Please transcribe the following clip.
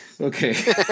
okay